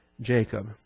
Jacob